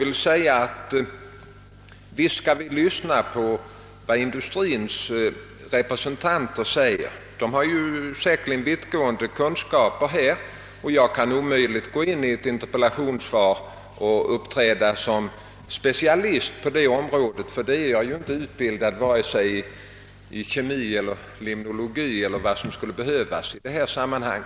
Visst skall vi lyssna på vad industrins representanter säger, herr Norrby; de har säkerligen vittgående kunskaper. Jag kan omöjligen i ett interpellationssvar uppträda som specialist på detta område, ty jag är inte utbildad i vare sig kemi eller limnologi eller vad som i övrigt skulle behövas i detta sammanhang.